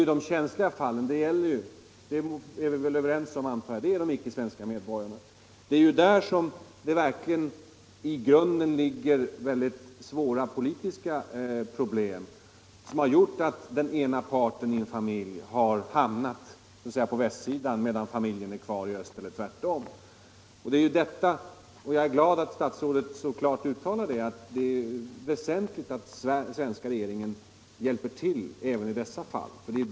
Men de känsliga fallen gäller ju — det är vi väl överens om — ickesvenska medborgare. Det är ju där som det verkligen i grunden ligger mycket svåra politiska problem, som har gjort att en medlem av en familj har hamnat på ”västsidan', medan den övriga familjen blivit kvar i öst —- eller tvärtom. Det är ju — jag är glad att statsrådet så klart uttalar det — väsentligt att den svenska regeringen hjälper till även i dessa fall.